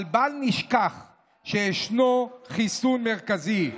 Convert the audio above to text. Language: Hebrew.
אבל בל נשכח שישנו חיסון מרכזי,